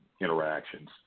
Interactions